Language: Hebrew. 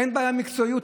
אין בעיה של מקצועיות.